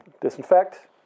disinfect